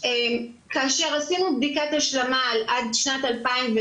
כאשר עשינו בדיקת השלמה על עד שנת 2020,